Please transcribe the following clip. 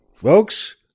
Folks